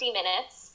minutes